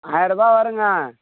ஆயர்ரூபா வருங்க